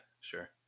sure